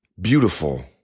beautiful